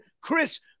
Chris